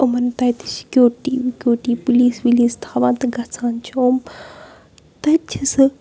یِمَن تَتہِ سِکیورٹی وِکیورٹی پُلیٖس وُلیٖس تھاوان تہٕ گَژھان چھِ یِم تَتہِ چھِ سُہ